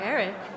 Eric